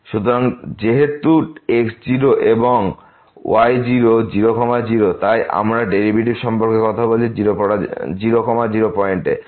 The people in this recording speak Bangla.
সুতরাং যেহেতু x0 এবং y0 0 0 তাই আমরা ডেরিভেটিভ সম্পর্কে কথা বলছি 0 0 পয়েন্টে